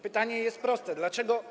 Pytanie jest proste: Dlaczego?